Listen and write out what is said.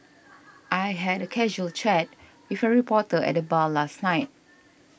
I had a casual chat with a reporter at the bar last night